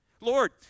Lord